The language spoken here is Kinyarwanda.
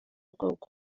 bwabo